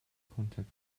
contact